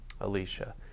Alicia